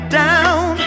down